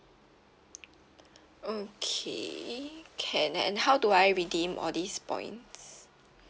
okay can and how do I redeem all this points